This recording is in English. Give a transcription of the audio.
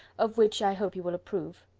of which i hope you will approve.